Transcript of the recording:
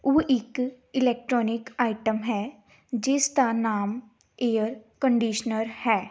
ਉਹ ਇੱਕ electronic item ਹੈ ਜਿਸ ਦਾ ਨਾਮ ਏਅਰ ਕੰਡੀਸ਼ਨਰ ਹੈ